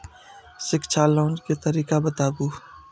शिक्षा लोन के तरीका बताबू?